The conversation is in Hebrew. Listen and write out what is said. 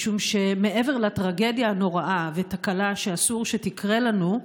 משום שמעבר לטרגדיה הנוראה ולתקלה שאסור שתקרה לנו,